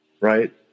right